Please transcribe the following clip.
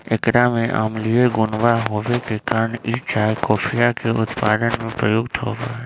एकरा में अम्लीय गुणवा होवे के कारण ई चाय कॉफीया के उत्पादन में प्रयुक्त होवा हई